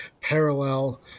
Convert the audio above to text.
parallel